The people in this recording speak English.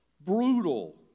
brutal